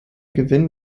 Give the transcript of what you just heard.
gewinn